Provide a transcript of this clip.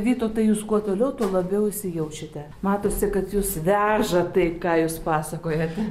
vytautai jūs kuo toliau tuo labiau įsijaučiate matosi kad jus veža tai ką jūs pasakojate